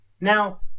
Now